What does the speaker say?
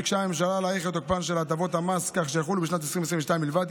ביקשה הממשלה להאריך את תוקפן של הטבות המס כך שיחולו בשנת 2022 בלבד,